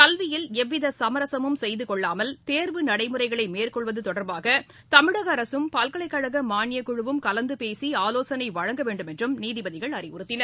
கல்வியில் எவ்வித சமரசமும் செய்து கொள்ளாமல் தேர்வு நடைமுறைகளை மேற்கொள்வது தொடர்பாக தமிழக அரகம் பல்கலைக்கழக மாளியக்குழுவும் கலந்து பேசி ஆவோசனை வழங்க வேண்டும் என்றும் நீதிபதிகள் அறிவுறத்தின்